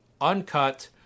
uncut